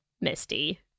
Misty